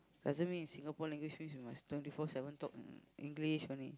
does it mean in Singapore English means you must twenty four seven talk in English only